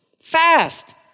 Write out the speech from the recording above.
fast